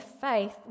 faith